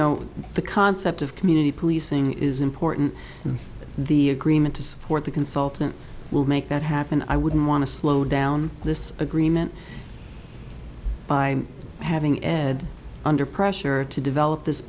know the concept of community policing is important and the agreement to support the consultant will make that happen i wouldn't want to slow down this agreement by having ed under pressure to develop this